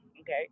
okay